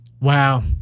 Wow